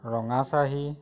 ৰঙাচাঁহী